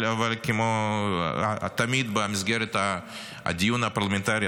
אבל כמו תמיד במסגרת הדיון הפרלמנטרי,